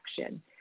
action